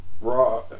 Raw